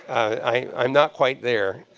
i'm not quite there.